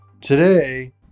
Today